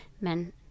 men